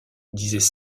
disaient